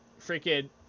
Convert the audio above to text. freaking